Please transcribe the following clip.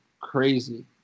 crazy